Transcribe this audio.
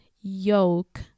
yoke